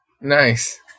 Nice